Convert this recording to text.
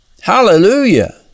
Hallelujah